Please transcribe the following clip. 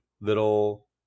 little